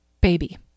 baby